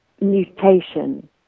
mutation